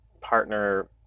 partner